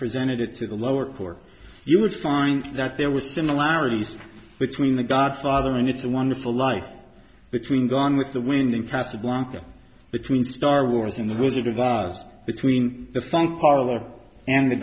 presented it to the lower court you would find that there was similarities between the godfather and it's a wonderful life between gone with the wind in casablanca between star wars in the wizard of oz between the front parlor and the